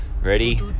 Ready